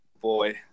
Boy